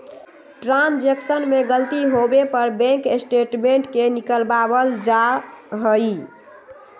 transaction में गलती होवे पर बैंक स्टेटमेंट के निकलवावल जा हई